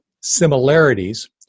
similarities